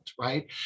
right